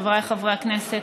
חבריי חברי הכנסת,